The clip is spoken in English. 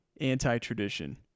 anti-tradition